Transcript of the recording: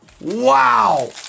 Wow